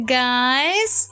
guys